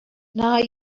now